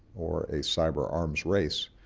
or a cyber arms race,